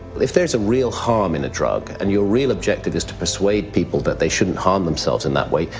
if there's real harm in a drug and your real objective is to persuade people that they shouldn't harm themselves in that way,